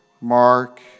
Mark